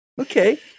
Okay